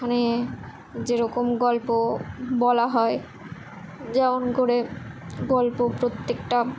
ওখানে যেরকম গল্প বলা হয় যেমন করে গল্প প্রত্যেকটা